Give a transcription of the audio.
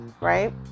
right